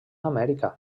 amèrica